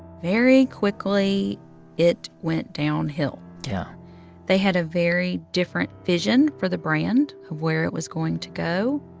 very quickly it went downhill yeah they had a very different vision for the brand of where it was going to go.